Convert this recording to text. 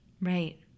right